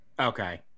okay